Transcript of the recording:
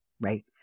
right